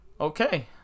okay